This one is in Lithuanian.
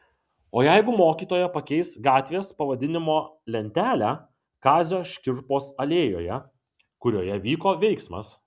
o jeigu mokytoja pakeis gatvės pavadinimo lentelę kazio škirpos alėjoje kurioje vyko veiksmas